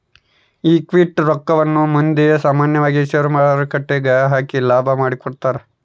equity ರಕ್ಕವನ್ನ ಮಂದಿ ಸಾಮಾನ್ಯವಾಗಿ ಷೇರುಮಾರುಕಟ್ಟೆಗ ಹಾಕಿ ಲಾಭ ಮಾಡಿಕೊಂತರ